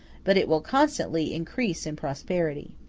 but it will constantly increase in prosperity.